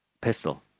pistol